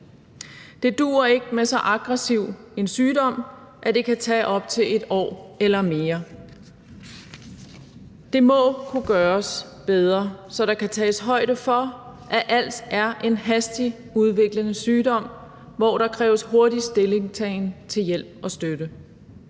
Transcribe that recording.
Det duer ikke med så aggressiv en sygdom, at det kan tage op til et år eller mere. Det må kunne gøres bedre, så der kan tages højde for, at als er en hastigt udviklende sygdom, hvor der kræves hurtig stillingtagen til hjælp og støtte.